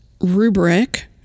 rubric